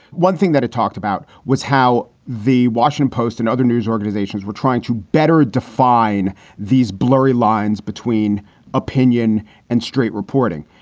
one thing that it talked about was how the washington post and other news organizations were trying to better define these blurry lines between opinion and straight reporting.